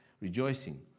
rejoicing